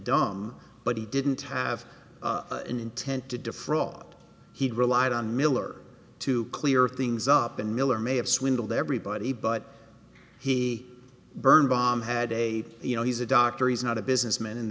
dumb but he didn't have an intent to defraud he'd relied on miller to clear things up and miller may have swindled everybody but he burned bomb had a you know he's a doctor he's not a businessman and